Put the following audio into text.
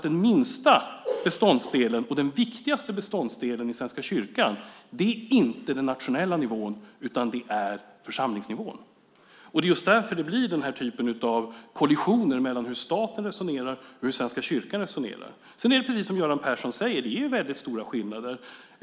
Den minsta beståndsdelen och den viktigaste beståndsdelen i Svenska kyrkan är inte den nationella nivån utan det är församlingsnivån. Det är just därför det blir den här typen av kollisioner mellan hur staten resonerar och hur Svenska kyrkan resonerar. Sedan är det precis som Göran Persson säger väldigt stora skillnader.